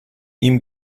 ihm